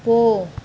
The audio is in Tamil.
போ